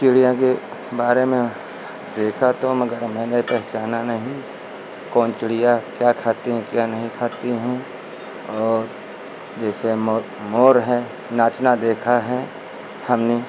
जैसे हमको बारे में देखा तो मगर मैंने पहचाना नहीं कौन चिड़ियाँ क्या खाती है क्या नहीं खाती हैं और जैसे म मोर है नाचना देखा है हमने